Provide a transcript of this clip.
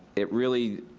it really